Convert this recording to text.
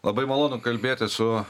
labai malonu kalbėtis su